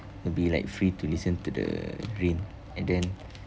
will be like free to listen to the rain and then